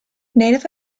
native